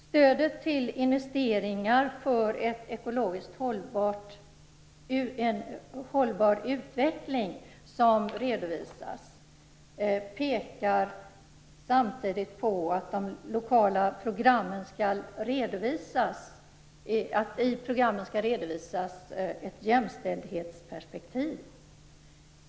Stödet till investeringar för en ekologiskt hållbar utveckling, som redovisas i svaret, pekar samtidigt på att det i de lokala programmen skall redovisas ett jämställdhetsperspektiv.